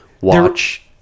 watch